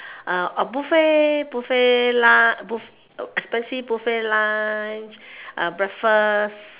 uh a buffet buffet lunch buff~ expensive buffet lunch uh breakfast